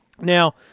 Now